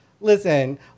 listen